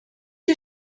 you